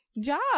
job